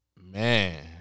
Man